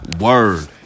word